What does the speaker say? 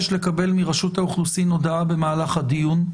מרשות האוכלוסין הודעה במהלך הדיון.